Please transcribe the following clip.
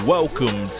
Welcome